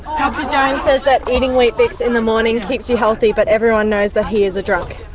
dr jones says that eating weet-bix in the morning keeps you healthy, but everyone knows that he is a drunk.